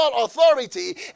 authority